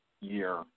year